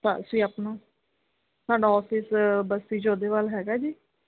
ਅਸੀਂ ਆਪਣਾ ਸਾਡਾ ਆਫਿਸ ਬਸਤੀ ਜੋਧੇਵਾਲ ਹੈਗਾ ਜੀ